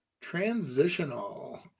Transitional